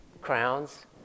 crowns